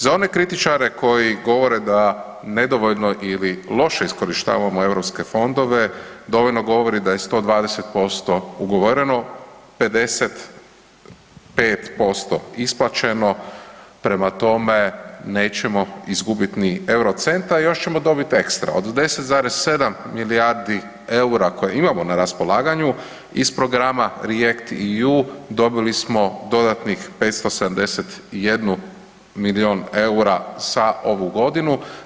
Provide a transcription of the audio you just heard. Za one kritičare koji govore da nedovoljno ili loše iskorištavamo europske fondove, dovoljno govori da je 120% ugovoreno, 55% isplaćeno, prema tome nećemo izgubiti ni euro centa, još ćemo dobiti ekstra od 10,7 milijardi eura koje imamo na raspolaganju iz programa REACT-EU dobili smo dodatnih 571 milijun eura za ovu godinu.